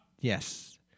Yes